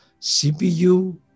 CPU